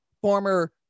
former